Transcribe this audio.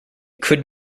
could